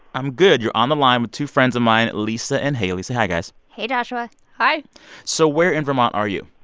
i'm good. you're on the line with two friends of mine, lissa and haley. say hi, guys hey, joshua hi so where in vermont are you?